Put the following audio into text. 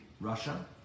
Russia